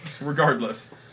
Regardless